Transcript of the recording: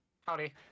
Howdy